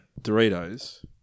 Doritos